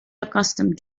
accustomed